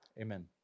Amen